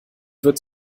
wird